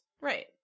right